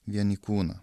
vienį kūną